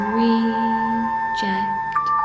reject